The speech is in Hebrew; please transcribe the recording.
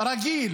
רגיל